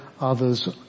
others